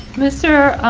mr.